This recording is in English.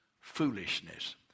foolishness